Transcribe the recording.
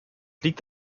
liegt